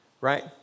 right